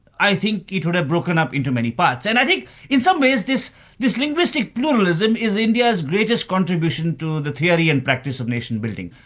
i think it would have broken up into many parts, and i think in some ways, this this linguistic pluralism is india's greatest contribution to the theory and practice of nation building.